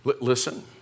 Listen